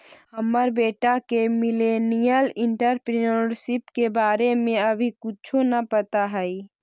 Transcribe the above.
हमर बेटा के मिलेनियल एंटेरप्रेन्योरशिप के बारे में अभी कुछो न पता हई